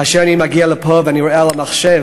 כאשר אני מגיע לפה ואני רואה על המחשב,